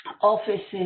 offices